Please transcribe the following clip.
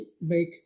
make